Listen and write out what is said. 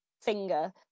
finger